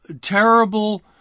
terrible